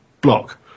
block